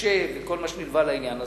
קשה וכל מה שנלווה לעניין הזה,